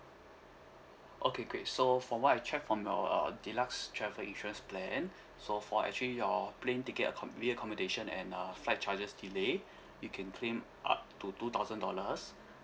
okay great so from what I checked from your uh deluxe travel insurance plan so for actually your plane ticket accom~ re accommodation and uh flight charges delay you can claim up to two thousand dollars